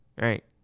right